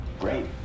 Great